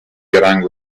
rango